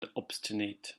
obstinate